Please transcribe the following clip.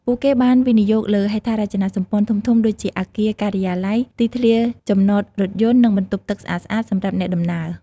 ពួកគេបានវិនិយោគលើហេដ្ឋារចនាសម្ព័ន្ធធំៗដូចជាអគារការិយាល័យ ទីធ្លាចំណតរថយន្ត និងបន្ទប់ទឹកស្អាតៗសម្រាប់អ្នកដំណើរ។